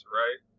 right